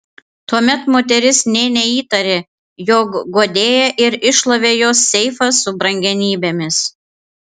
tuomet moteris nė neįtarė jog guodėja ir iššlavė jos seifą su brangenybėmis